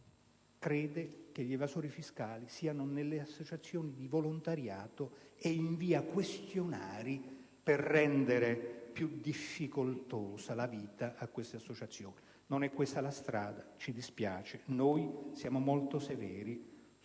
credono che gli evasori fiscali siano nelle associazioni di volontariato, essi inviano questionari per rendere più difficoltosa la vita di queste associazioni. Non è questa la strada. Ce ne dispiace e siamo pertanto molto severi nei confronti